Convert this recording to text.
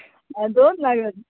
दोन लाख जातले